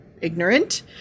ignorant